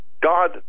God